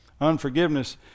Unforgiveness